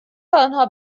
آنها